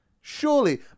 Surely